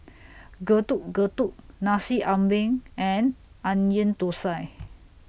Getuk Getuk Nasi Ambeng and Onion Thosai